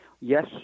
yes